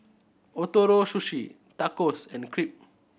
Ootoro Sushi Tacos and Crepe